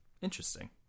Interesting